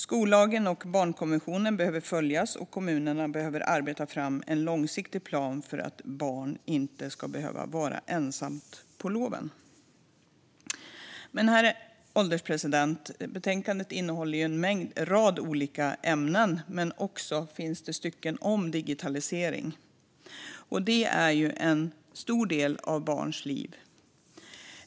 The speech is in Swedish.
Skollagen och barnkonventionen behöver följas, och kommunerna behöver arbeta fram en långsiktig plan för att barn inte ska behöva vara ensamma på loven. Herr ålderspresident! Betänkandet innehåller en rad olika ämnen. Det finns också stycken om digitalisering, vilket är en stor del av barns liv.